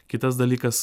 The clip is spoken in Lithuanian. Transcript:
kitas dalykas